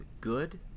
good